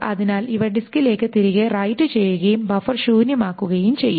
അതിനാൽ ഇവ ഡിസ്കിലേക്ക് തിരികെ റൈറ്റ് ചെയ്യുകയും ബഫർ ശൂന്യമാക്കുകയും ചെയ്യും